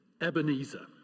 ebenezer